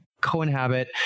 co-inhabit